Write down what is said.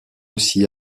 aussi